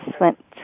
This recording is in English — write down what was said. went